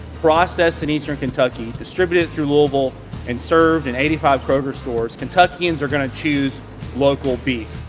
processed in eastern kentucky. distributed through louisville and served in eighty five kroger stores, kentuckians are going to choose local beef.